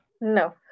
No